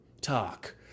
talk